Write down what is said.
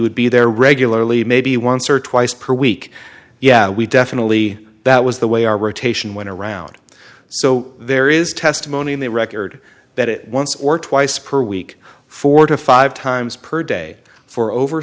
would be there regularly maybe once or twice per week yeah we definitely that was the way our rotation went around so there is testimony in the record that it once or twice per week four dollars to five dollars times per day for over